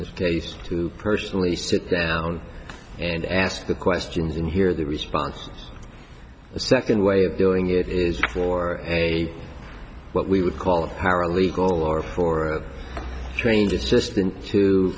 this case to personally sit down and ask the questions and hear the responses a second way of doing it is for a what we would call a paralegal or